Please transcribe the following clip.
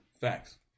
Facts